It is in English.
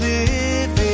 Living